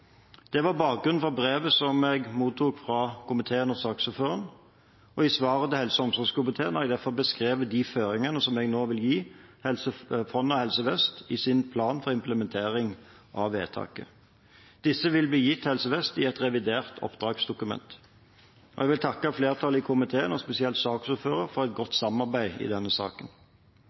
Det var bakgrunnen for brevet jeg mottok fra komiteen og saksordføreren. I svaret til helse- og omsorgskomiteen har jeg derfor beskrevet de føringer jeg nå vil gi Helse Fonna og Helse Vest i deres plan for implementering av vedtaket. Disse vil bli gitt til Helse Vest i et revidert oppdragsdokument. Jeg vil takke flertallet i komiteen – og spesielt saksordføreren – for godt samarbeid i denne saken.